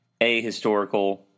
ahistorical